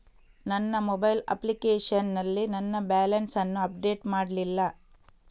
ನನ್ನ mobile application ನಲ್ಲಿ ನನ್ನ ಬ್ಯಾಲೆನ್ಸ್ ಅನ್ನು ಅಪ್ಡೇಟ್ ಮಾಡ್ಲಿಲ್ಲ